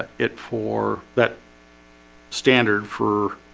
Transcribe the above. it for that standard for